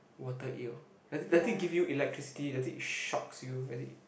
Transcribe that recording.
water eel does i~ does it give you electricity does it shocks you does it